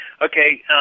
Okay